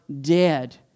Dead